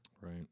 Right